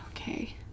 Okay